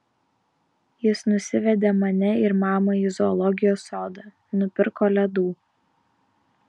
jis nusivedė mane ir mamą į zoologijos sodą nupirko ledų